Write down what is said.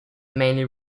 mainly